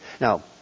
Now